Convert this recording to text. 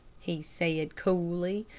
he said, coolly.